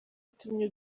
itumye